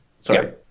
Sorry